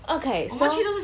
okay so